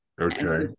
Okay